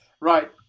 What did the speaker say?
Right